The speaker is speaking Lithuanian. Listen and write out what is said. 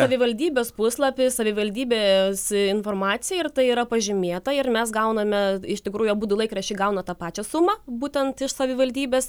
savivaldybės puslapy savivaldybės informacija ir tai yra pažymėta ir mes gauname iš tikrųjų abudu laikraščiai gauna tą pačią sumą būtent iš savivaldybės